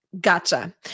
Gotcha